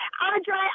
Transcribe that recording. Andre